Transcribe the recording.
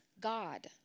God